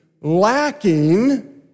lacking